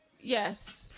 Yes